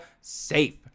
safe